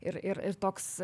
ir ir ir toks